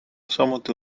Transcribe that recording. samuti